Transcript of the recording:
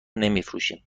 نمیفروشیم